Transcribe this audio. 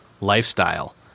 lifestyle